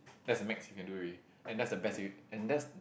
that's the max you can do already and that's the best you and that's